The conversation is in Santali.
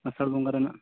ᱟᱥᱟᱲ ᱵᱚᱸᱜᱟ ᱨᱮᱱᱟᱜ